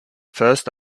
first